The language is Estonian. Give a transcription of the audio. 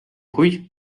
kui